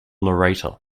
narrator